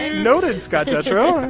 and noted, scott detrow